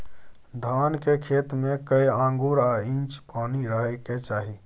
धान के खेत में कैए आंगुर आ इंच पानी रहै के चाही?